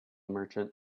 merchant